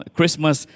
Christmas